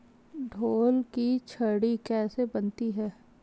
ढोल की छड़ी कैसे बनती है?